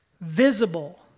visible